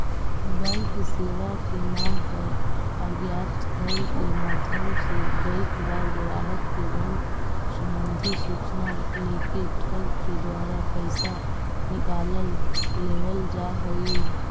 bank सेवा के नाम पर अज्ञात कॉल के माध्यम से कईक बार ग्राहक के बैंक संबंधी सूचना लेके ठग के द्वारा पैसा निकाल लेवल जा हइ